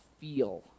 feel